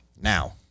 now